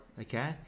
Okay